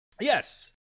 Yes